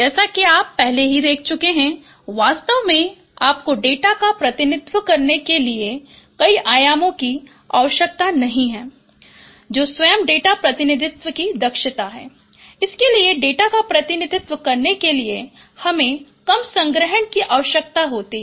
जैसा कि आप पहले ही देख चुके हैं वास्तव में आपको डेटा का प्रतिनिधित्व करने के लिए कई आयामों की आवश्यकता नहीं है जो स्वयं डेटा प्रतिनिधित्व की दक्षता है इसके लिए डेटा का प्रतिनिधित्व करने के लिए हमे कम संग्रहण की आवश्यकता होती है